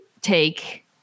take